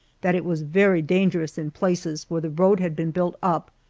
that it was very dangerous in places, where the road had been built up,